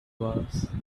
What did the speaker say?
was